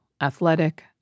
athletic